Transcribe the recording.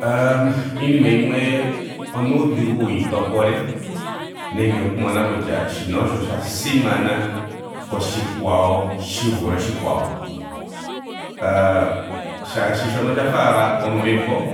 Ahh iinima yimwe onuudhigu wuyi topole. Nenge oku mona kutya shino osho sha simana koshikwawo shi vule oshikwawo. Aaah molwaashoka shoka osha fa ashike ombepo.